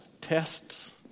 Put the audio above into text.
tests